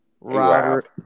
Robert